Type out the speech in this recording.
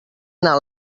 anar